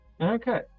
Okay